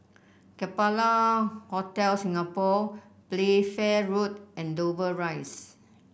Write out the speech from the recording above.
Capella Hotel Singapore Playfair Road and Dover Rise